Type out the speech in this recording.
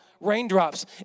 raindrops